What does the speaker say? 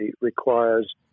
requires